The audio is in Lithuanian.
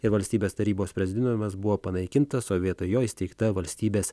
ir valstybės tarybos prezidiumas buvo panaikintas o vietoj jo įsteigta valstybės